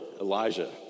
Elijah